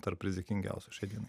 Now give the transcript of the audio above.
tarp rizikingiausių šiai dienai